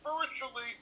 spiritually